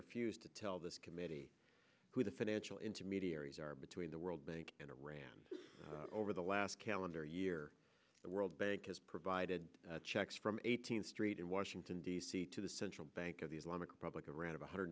refused to tell this committee who the financial intermediaries are between the world bank and iran over the last calendar year the world bank has provided checks from eighteenth street in washington d c to the central bank of the islamic republic around one hundred